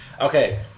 okay